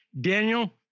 Daniel